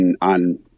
on